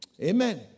Amen